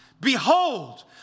Behold